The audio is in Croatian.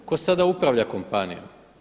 Tko sada upravlja kompanijom?